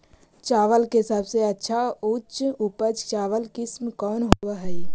चावल के सबसे अच्छा उच्च उपज चावल किस्म कौन होव हई?